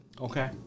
Okay